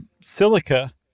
silica